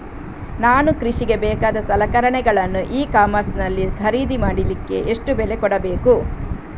ನಾನು ಕೃಷಿಗೆ ಬೇಕಾದ ಸಲಕರಣೆಗಳನ್ನು ಇ ಕಾಮರ್ಸ್ ನಲ್ಲಿ ಖರೀದಿ ಮಾಡಲಿಕ್ಕೆ ಎಷ್ಟು ಬೆಲೆ ಕೊಡಬೇಕು?